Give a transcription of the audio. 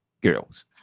girls